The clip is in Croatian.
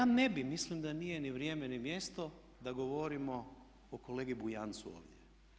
Ja ne bi, mislim da nije ni vrijeme ni mjesto da govorimo o kolegi Bujancu ovdje.